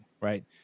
right